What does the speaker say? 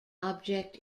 object